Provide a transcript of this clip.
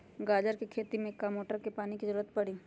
गाजर के खेती में का मोटर के पानी के ज़रूरत परी?